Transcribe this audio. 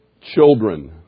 children